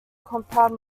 compound